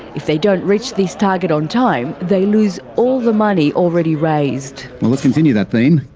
if they don't reach this target on time, they lose all the money already raised. well, let's continue that theme.